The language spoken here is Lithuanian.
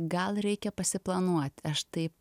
gal reikia pasiplanuot aš taip